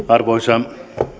arvoisa